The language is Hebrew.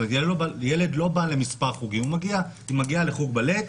הילד לא בא למספר חוגים, הוא מגיע לחוג בלט,